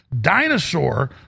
dinosaur